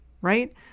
Right